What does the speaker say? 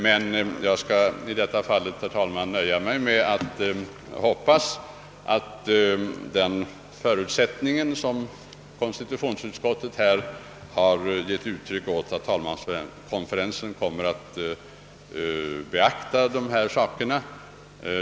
Jag skall dock i detta fall, herr talman, nöja mig med att hoppas att — som konstitutionsutskottet har förutsatt — talmanskonferensen kommer att beakta dessa frågor.